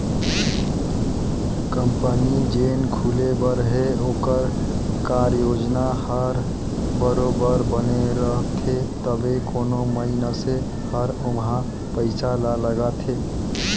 company जेन खुले बर हे ओकर कारयोजना हर बरोबेर बने रहथे तबे कोनो मइनसे हर ओम्हां पइसा ल लगाथे